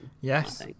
Yes